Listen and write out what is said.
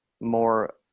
more